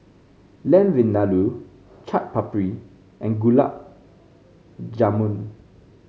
Lamb Vindaloo Chaat Papri and Gulab Jamun